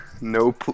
No